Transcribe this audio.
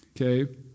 Okay